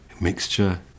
mixture